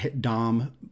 Dom